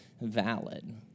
valid